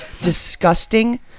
disgusting